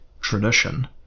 tradition